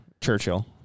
Churchill